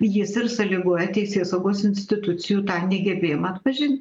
jis ir sąlygoja teisėsaugos institucijų tą negebėjimą atpažin